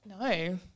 no